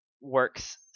works